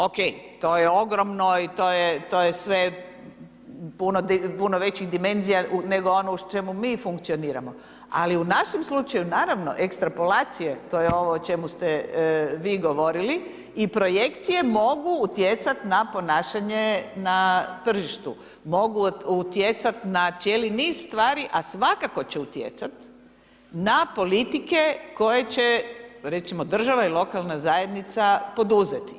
Ok, to je ogromno i to je sve puno većih dimenzija nego ono u čemu mi funkcioniramo ali u našem slučaju, naravno ekstrapolacije, to je ovo o čemu ste vi govorili i projekcije mogu utjecati na ponašanje na tržištu, mogu utjecati na cijeli niz stvari a svakako će utjecati na politike koje će recimo država i lokalna zajednica poduzeti.